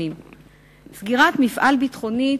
סגירת המפעל "ביטחונית"